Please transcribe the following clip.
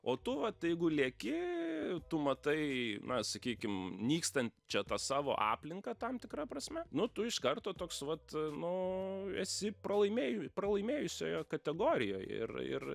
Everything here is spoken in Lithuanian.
o tu vat jeigu lieki tu matai na sakykim nykstančią tą savo aplinką tam tikra prasme nu tu iš karto toks vat nu esi pralaimėju pralaimėjusiojo kategorijoj ir ir